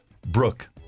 Brooke